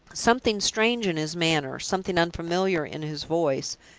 something strange in his manner, something unfamiliar in his voice,